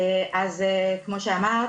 כמו שאמרת,